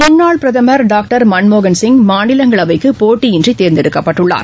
முன்னாள் பிரதமர் டாக்டர் மன்மோகன்சிங் மாநிலங்களவைக்கு போட்டியின்றி தேர்ந்தெடுக்கப்பட்டுள்ளார்